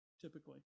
typically